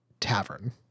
Tavern